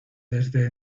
desde